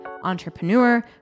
entrepreneur